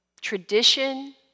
tradition